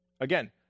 again